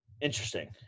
interesting